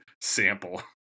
sample